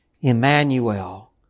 Emmanuel